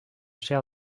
chair